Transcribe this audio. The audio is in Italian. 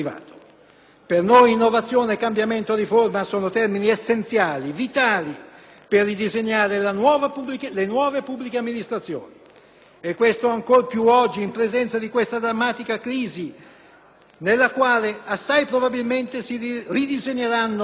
Per noi innovazione e cambiamento di riforma sono termini essenziali e vitali per ridisegnare le nuove pubbliche amministrazioni e questo ancor più oggi, in presenza di questa drammatica crisi, nella quale assai probabilmente si ridisegneranno